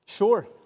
Sure